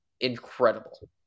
incredible